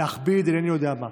להכביד, אינני יודע מה.